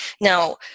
Now